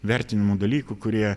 vertinamų dalykų kurie